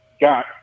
got